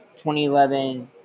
2011